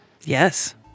Yes